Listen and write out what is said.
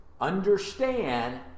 understand